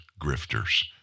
grifters